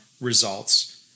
results